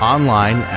Online